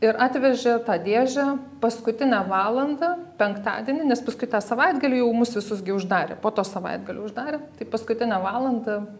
ir atvežė tą dėžę paskutinę valandą penktadienį nes paskui tą savaitgalį jau mus visus gi uždarė po to savaitgalio uždarė paskutinę valandą